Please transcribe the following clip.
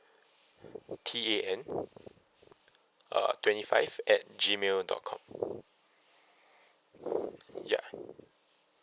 T A N uh twenty five at gmail dot com ya